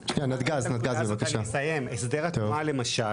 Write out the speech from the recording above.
אבל הסדר התנועה למשל,